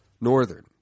Northern